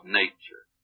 nature